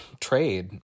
trade